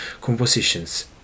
compositions